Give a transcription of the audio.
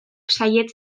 saihets